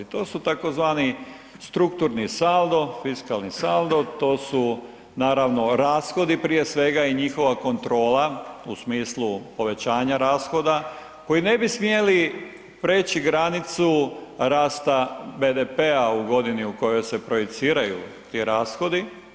To su tzv. strukturni saldo, fiskalni saldo, to su, naravno rashodi prije svega i njihova kontrola u smislu povećanja rashoda koji ne bi smjeli preći granicu rasta BDP-a u godini u kojoj se projiciraju ti rashodi.